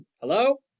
hello